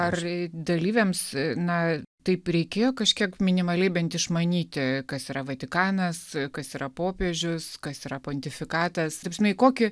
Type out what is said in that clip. ar dalyviams na taip reikėjo kažkiek minimaliai bent išmanyti kas yra vatikanas kas yra popiežius kas yra pontifikatas riksmai kokį